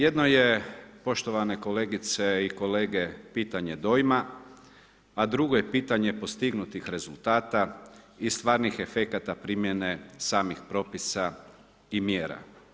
Jedno je, poštovane kolegice i kolege, pitanje dojma a drugo je pitanje postignutih rezultata i stvarnih efekata samih propisa i mjera.